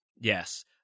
Yes